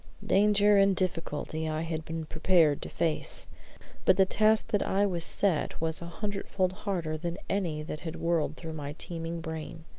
danger and difficulty i had been prepared to face but the task that i was set was a hundred-fold harder than any that had whirled through my teeming brain.